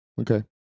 Okay